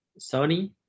Sony